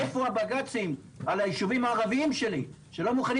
איפה הבג"צים על היישובים הערביים שלי שלא מוכנים